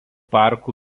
parkų